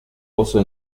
also